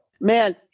Man